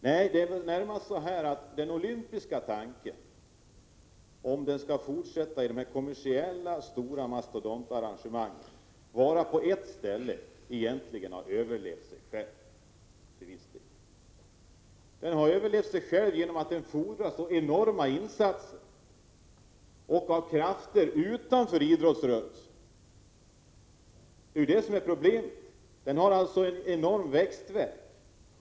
Nej, det är nog så att den olympiska tanken, om den skall ta sig uttryck i mastodontarrangemang på ett ställe, har överlevt sig själv. Detta fordrar enorma insatser, också av krafter utanför idrottsrörelsen. Detta är problemet — en enorm växtvärk.